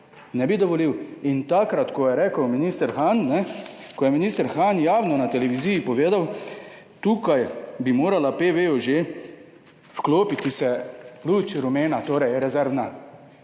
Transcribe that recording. Ne bi dovolil. In takrat, ko je rekel minister Han, ne, ko je minister Han javno na televiziji povedal, tukaj bi morala PV-ju že vklopiti se luč rumena, torej rezervna.